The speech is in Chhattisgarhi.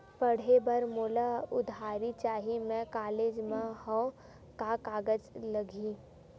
पढ़े बर मोला उधारी चाही मैं कॉलेज मा हव, का कागज लगही?